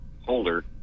holder